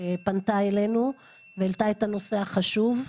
שפנתה אלינו והעלתה את הנושא החשוב.